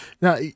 now